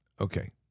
Okay